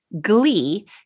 glee